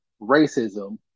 racism